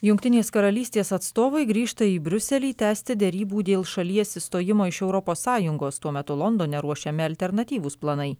jungtinės karalystės atstovai grįžta į briuselį tęsti derybų dėl šalies išstojimo iš europos sąjungos tuo metu londone ruošiami alternatyvūs planai